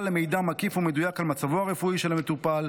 גישה למידע מקיף ומדויק על מצבו הרפואי של המטופל,